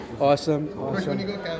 Awesome